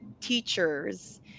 teachers